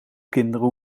kinderen